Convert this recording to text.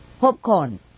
popcorn